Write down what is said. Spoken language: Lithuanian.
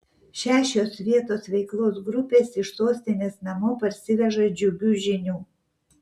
šešios vietos veiklos grupės iš sostinės namo parsiveža džiugių žinių